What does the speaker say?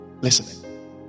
Listening